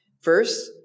First